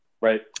Right